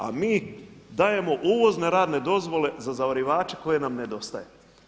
A mi dajemo uvozne radne dozvole za zavarivače koji nam nedostaje.